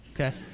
Okay